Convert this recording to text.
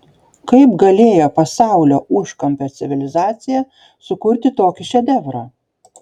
kaip galėjo pasaulio užkampio civilizacija sukurti tokį šedevrą